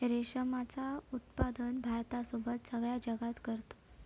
रेशमाचा उत्पादन भारतासोबत सगळ्या जगात करतत